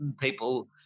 people –